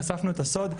חשפנו את הסוד.